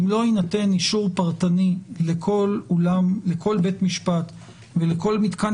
אם לא יינתן אישור פרטני לכל בית משפט ולכל מתקן